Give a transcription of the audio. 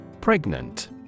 Pregnant